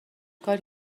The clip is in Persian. کاری